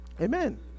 Amen